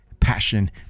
passion